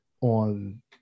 on